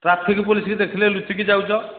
traffic ପୋଲିସ୍କୁ ଦେଖିଲେ ଲୁଚିକି ଯାଉଛ